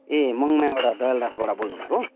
ए मङमायाबाट दहलदासबडा बोल्नु भएको